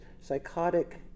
psychotic